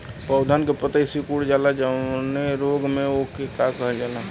पौधन के पतयी सीकुड़ जाला जवने रोग में वोके का कहल जाला?